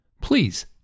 Please